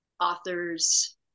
authors